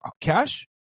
cash